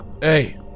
hey